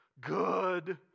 Good